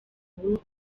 ubu